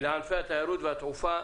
לענפי התיירות והתעופה.